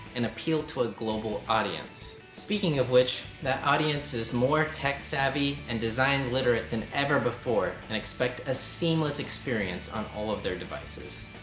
and appeal to a global audience. speaking of which, that audience is more tech savvy and design literate than ever before and expect a seamless experience on all of their devices.